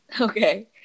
Okay